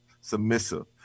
submissive